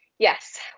Yes